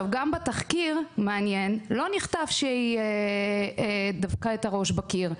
גם בתחקיר לא נכתב שהיא דפקה את הראש בקיר,